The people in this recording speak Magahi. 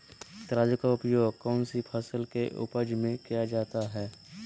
तराजू का उपयोग कौन सी फसल के उपज में किया जाता है?